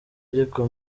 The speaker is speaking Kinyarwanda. ariko